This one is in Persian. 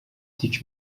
تیک